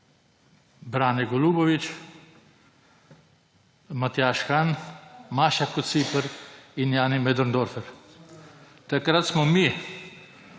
Brane Golubović, Matjaž Han, Maša Kociper in Jani Möderndorfer. Takrat smo mi